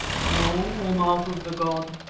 no, o mouth of the god.